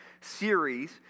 series